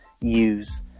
use